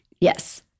Yes